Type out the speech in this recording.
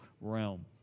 realm